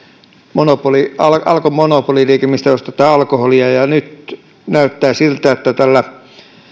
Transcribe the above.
alkon monopoliliike mistä ostetaan alkoholia ja nyt näyttää siltä että tällä